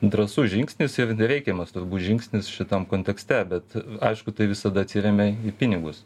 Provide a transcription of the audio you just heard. drąsus žingsnis ir reikiamas turbūt žingsnis šitam kontekste bet aišku tai visada atsiremia į pinigus